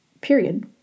period